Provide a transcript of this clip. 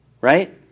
right